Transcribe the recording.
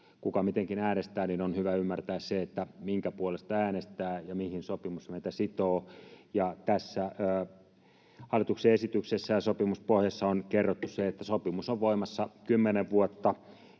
kuka mitenkin äänestää — niin on hyvä ymmärtää se, minkä puolesta äänestää ja mihin sopimus meitä sitoo. Tässä hallituksen esityksessä ja sopimuspohjassa on kerrottu se, että sopimus on voimassa kymmenen vuotta